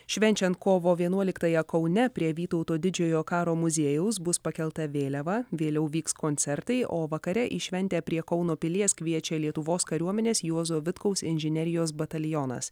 švenčiant kovo vienuoliktąją kaune prie vytauto didžiojo karo muziejaus bus pakelta vėliava vėliau vyks koncertai o vakare į šventę prie kauno pilies kviečia lietuvos kariuomenės juozo vitkaus inžinerijos batalionas